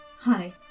Hi